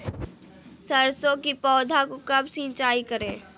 सरसों की पौधा को कब सिंचाई करे?